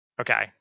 Okay